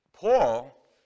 Paul